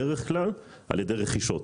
הן הגיעו לישראל בדרך כלל על ידי רכישות.